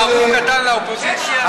איזה מערוף קטן לאופוזיציה.